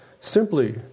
simply